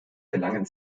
gelangen